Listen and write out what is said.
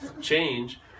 change